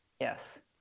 Yes